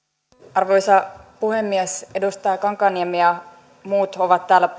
arvoisa puhemies edustaja kankaanniemi ja muut ovat täällä